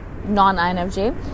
non-INFJ